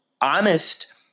honest